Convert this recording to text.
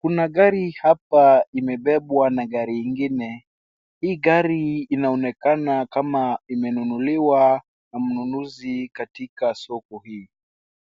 Kuna gari hapa imebewa na gari ingine. Hii gari inaonekana kama imenunuliwa na mnunuzi katika soko hii.